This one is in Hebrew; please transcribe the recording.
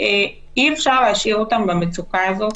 אי-אפשר להשאיר אותם במצוקה הזאת.